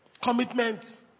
commitments